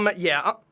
but yeah,